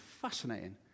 fascinating